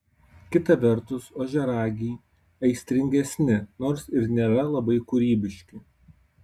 kita vertus ožiaragiai aistringesni nors ir nėra labai kūrybiški